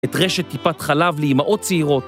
את רשת טיפת חלב לאמהות צעירות.